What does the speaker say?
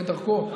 כדרכו,